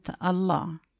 Allah